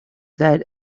that